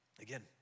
again